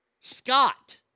Scott